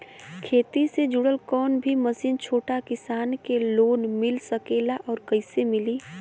खेती से जुड़ल कौन भी मशीन छोटा किसान के लोन मिल सकेला और कइसे मिली?